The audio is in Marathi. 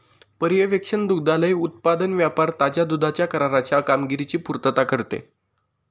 पर्यवेक्षण दुग्धालय उत्पादन व्यापार ताज्या दुधाच्या कराराच्या कामगिरीची पुर्तता करते